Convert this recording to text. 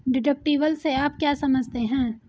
Deductible से आप क्या समझते हैं?